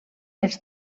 els